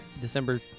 December